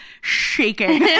shaking